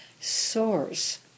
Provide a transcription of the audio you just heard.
source